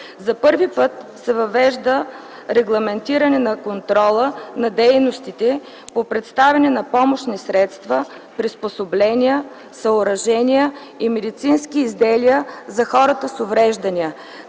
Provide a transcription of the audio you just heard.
За първи път се въвежда регламентиране на контрола на дейностите по предоставяне на помощни средства, приспособления, съоръжения и медицински изделия за хората с увреждания,